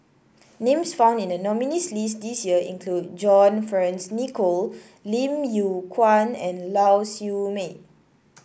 names found in the nominees' list this year include John Fearns Nicoll Lim Yew Kuan and Lau Siew Mei